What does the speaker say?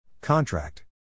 Contract